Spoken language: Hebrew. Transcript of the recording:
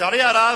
לצערי הרב,